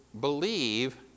believe